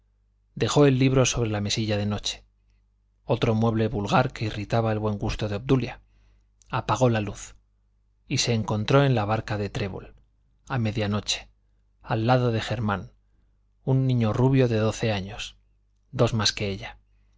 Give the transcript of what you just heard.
dejó el libro sobre la mesilla de noche otro mueble vulgar que irritaba el buen gusto de obdulia apagó la luz y se encontró en la barca de trébol a medianoche al lado de germán un niño rubio de doce años dos más que ella